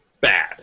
bad